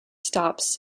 stops